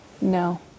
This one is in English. no